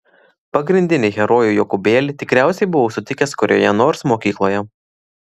pagrindinį herojų jokūbėlį tikriausiai buvau sutikęs kurioje nors mokykloje